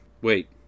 Wait